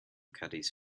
caddies